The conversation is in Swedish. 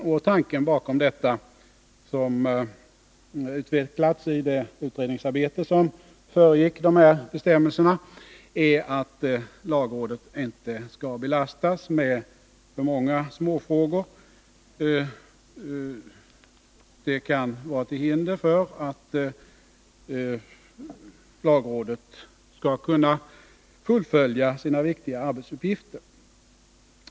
Och tanken bakom detta, som utvecklas i det utredningsarbete som föregick dessa bestämmelser, är att lagrådet inte skall belastas med många småfrågor. De kan vara hinder för lagrådet att kunna fullfölja sina viktiga arbetsuppgifter.